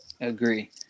agree